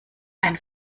ein